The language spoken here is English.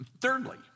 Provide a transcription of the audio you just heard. Thirdly